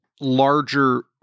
larger